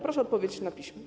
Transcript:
Proszę o odpowiedź na piśmie.